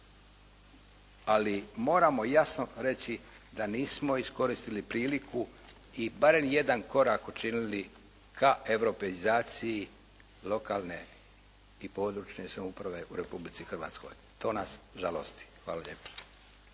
ali moramo jasno reći da nismo iskoristili priliku i barem jedan korak učinili ka europeizaciji lokalne i područne samouprave u Republici Hrvatskoj. To nas žalosti. Hvala lijepo.